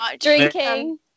drinking